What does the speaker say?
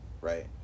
right